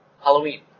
Halloween